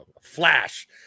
flash